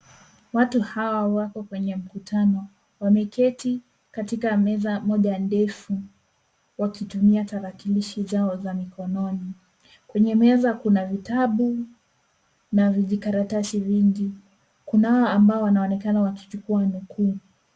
Watu hawa wako kwenye mkutano. Wameketi katika meza moja ndefu wakitumia tarakilishi zao za mikononi. Kwenye meza kuna vitabu na vijikaratasi vingi. Kuna ambao wanaonekana wakichukua nukuu.